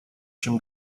чем